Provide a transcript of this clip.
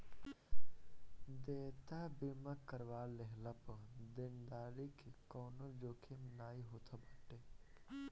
देयता बीमा करवा लेहला पअ देनदारी के कवनो जोखिम नाइ होत बाटे